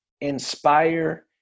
inspire